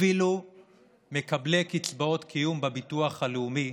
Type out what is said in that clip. אפילו מקבלי קצבאות קיום בביטוח הלאומי,